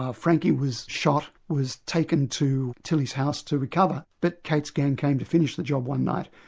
ah frankie was shot, was taken to tilley's house to recover, but kate's gang came to finish the job one night,